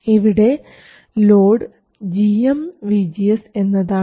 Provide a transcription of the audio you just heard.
ഇവിടെ load gmVGS എന്നതാണ്